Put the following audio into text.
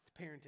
parenting